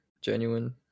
genuine